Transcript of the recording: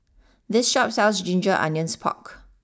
this Shop sells Ginger Onions Pork